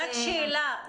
רק שאלה.